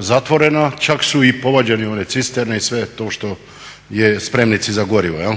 zatvorena. Čak su i povađene one cisterne i sve to što je, spremnici za gorivo.